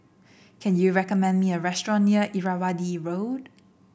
can you recommend me a restaurant near Irrawaddy Road